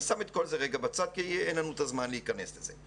אני שם את כל זה בצד כי אין לנו את הזמן להיכנס לזה,